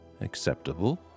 acceptable